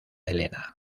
elena